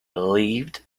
lived